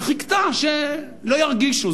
וחיכתה שלא ירגישו,